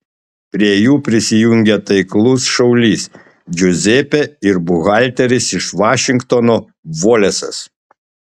prie jų prisijungia taiklus šaulys džiuzepė ir buhalteris iš vašingtono volesas